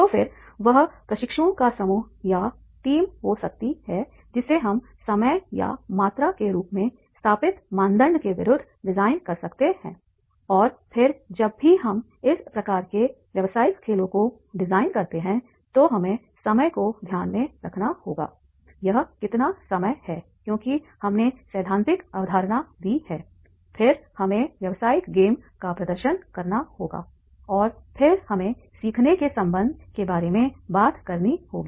तो फिर वह प्रशिक्षुओं का समूह या टीम हो सकती है जिसे हम समय या मात्रा के रूप में स्थापित मानदंड के विरुद्ध डिजाइन कर सकते हैं और फिर जब भी हम इस प्रकार के व्यावसायिक खेलों को डिजाइन करते हैं तो हमें समय को ध्यान में रखना होगायह कितना समय है क्योंकि हमने सैद्धांतिक अवधारणा दी है फिर हमें व्यावसायिक गेम का प्रदर्शन करना होगा और फिर हमें सीखने के संबंध के बारे में बात करनी होगी